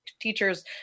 teachers